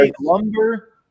lumber